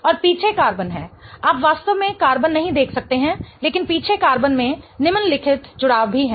और पीछे कार्बन है आप वास्तव में कार्बन नहीं देख सकते हैं लेकिन पीछे कार्बन में निम्नलिखित जुड़ाव भी हैं